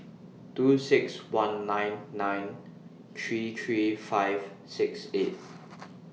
two six one nine nine three three five six eight